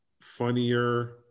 funnier